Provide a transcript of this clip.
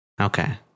Okay